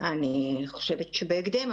אני חושבת שבהקדם,